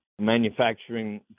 manufacturing